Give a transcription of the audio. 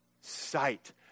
sight